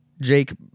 jake